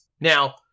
Now